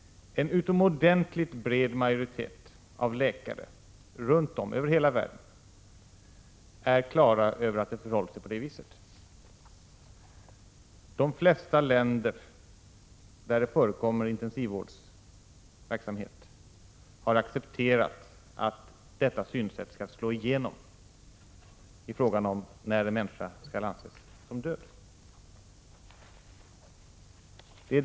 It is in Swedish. En utomordentligt bred majoritet av läkare över hela världen är klara över att det förhåller sig så. De flesta länder i vilka det förekommer intensivvårdsverksamhet har accepterat det synsättet då det gäller att fastställa när en människa skall anses vara död.